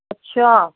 ਅੱਛਾ